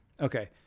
Okay